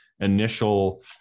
initial